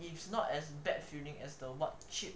it's not as bad feeling as the what cheap